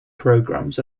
programs